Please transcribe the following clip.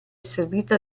servita